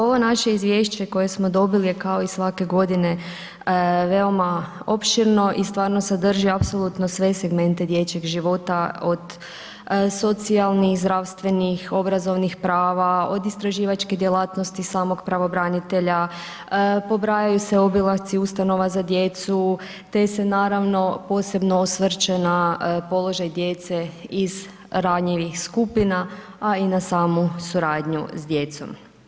Ovo naše izvješće koje smo dobili kao i svake godine veoma opširno i stvarno sadrži sve segmente dječjeg života od socijalnih, zdravstvenih, obrazovnih prava, od istraživačke djelatnosti samog pravobranitelja, pobrajaju se obilasci ustanova za djecu te se naravno posebno osvrće na položaj djece iz ranjivih skupina a i na samu suradnju s djecom.